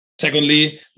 secondly